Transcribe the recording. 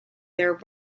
their